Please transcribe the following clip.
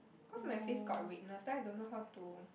cause my face got redness then I don't know how to